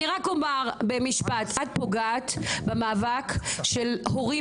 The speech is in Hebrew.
אני רק אומר במשפט: את פוגעת במאבק של הורים